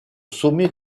sommet